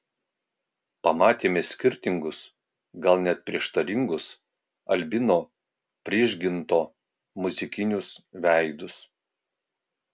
pamatėme skirtingus gal net prieštaringus albino prižginto muzikinius veidus